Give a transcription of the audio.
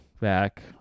back